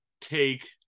take